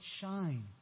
shine